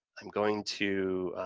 i'm going to,